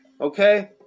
Okay